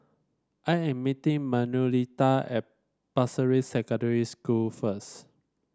I am meeting Manuelita at Pasir Ris Secondary School first